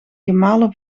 gemalen